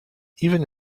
even